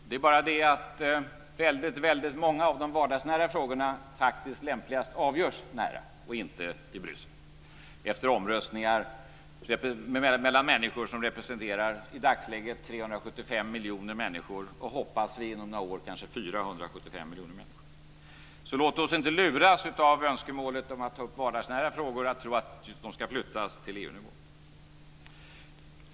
Det är bara det att väldigt många av de vardagsnära frågorna lämpligast avgörs nära och inte i Bryssel, efter omröstningar mellan människor som representerar i dagsläget 375 miljoner människor och, hoppas vi, inom några år 475 miljoner människor. Låt oss inte av önskemålet om att ta upp vardagsnära frågor luras att tro att de ska flyttas till EU-nivå.